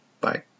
Bye